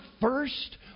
first